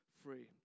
free